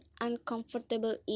uncomfortable